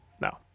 No